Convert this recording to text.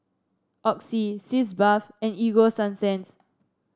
Oxy Sitz Bath and Ego Sunsense